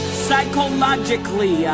psychologically